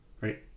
right